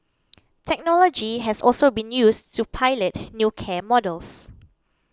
technology has also been used to pilot new care models